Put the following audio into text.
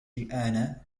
الآن